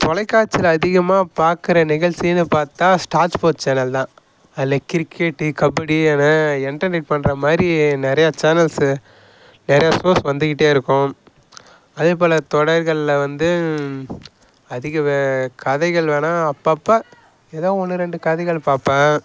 தொலைக்காட்சியில் அதிகமாக பாக்கிற நிகழ்ச்சினு பார்த்தா ஸ்டார் ஸ்போர்ட்ஸ் சேனல் தான் அதில் கிரிக்கெட்டு கபடி அதலாம் என்டர்னிட் பண்ணுற மாதிரி நிறையா சேனல்ஸு நிறையா ஸ்போர்ட்ஸ் வந்துகிட்டே இருக்கும் அதே போல் தொடர்களில் வந்து அதிக கதைகள் வேணா அப்பப்போ ஏதோ ஒன்று ரெண்டு கதைகள் பாப்பேன்